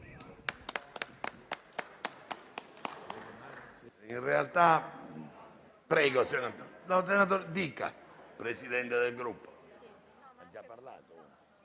Grazie,